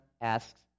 asks